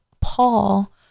Paul